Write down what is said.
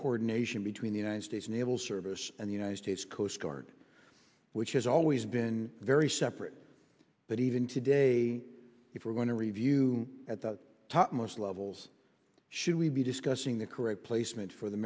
coordination between the united states naval service and the united states coast guard which has always been very separate but even today if we're going to review at the top most levels should we be discussing the career placement for the